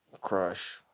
Crush